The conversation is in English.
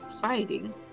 fighting